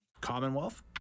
Commonwealth